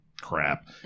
crap